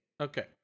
Okay